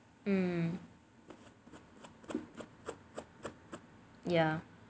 hmm ya